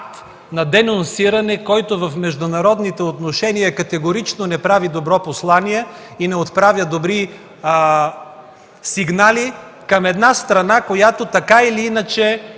на денонсиране, който в международните отношения категорично не прави добро послание и не отправя добри сигнали към една страна, която, така или иначе,